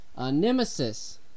nemesis